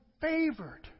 favored